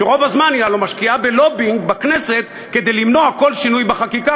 רוב הזמן היא הלוא משקיעה בלובינג בכנסת כדי למנוע כל שינוי בחקיקה,